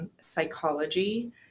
Psychology